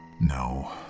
No